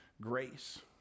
grace